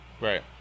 Right